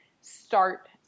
start